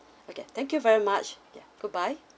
okay thank you very much ya goodbye